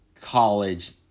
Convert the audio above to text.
college